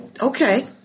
okay